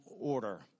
order